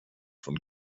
von